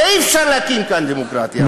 ואי-אפשר להקים כאן דמוקרטיה.